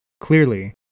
Clearly